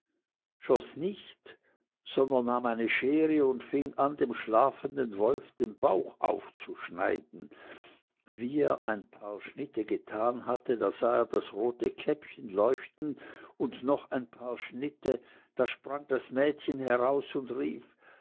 schoß nicht sondern nahm eine schere und fing an dem schlafenden wolf den bauch aufzuschneiden wie er ein paar schnitte getan hatte da sah er das rote käppchen leuchten und noch ein paar schnitte da sprang das mädchen heraus und rief